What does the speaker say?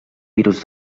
virus